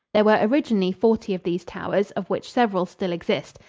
there were originally forty of these towers, of which several still exist.